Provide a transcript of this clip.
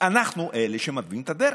אנחנו אלה שמתווים את הדרך.